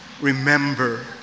remember